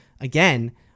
again